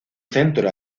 centro